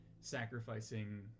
sacrificing